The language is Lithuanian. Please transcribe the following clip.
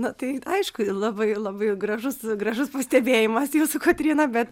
na tai aišku labai labai gražus gražus pastebėjimas jūsų kotryna bet